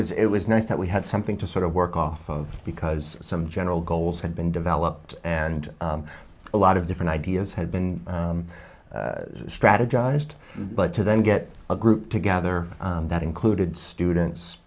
was it was nice that we had something to sort of work off of because some general goals have been developed and a lot of different ideas have been strategized but to then get a group together that included students